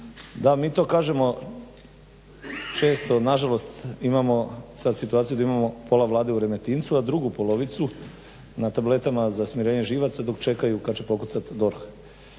da mi to kažemo često, nažalost imamo sad situaciju da imamo pola Vlade u Remetincu a drugu polovicu na tabletama za smirenje živaca dok čekaju kad će pokucat DORH